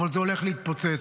אבל זה הולך להתפוצץ.